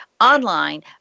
online